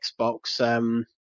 Xbox